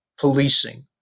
policing